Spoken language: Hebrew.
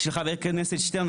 ושל חבר הכנסת שטרן,